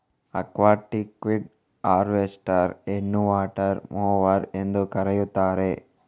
aquatic weed harvester ಅನ್ನುವಾಟರ್ mower ಎಂದೂ ಕರೆಯುತ್ತಾರೆ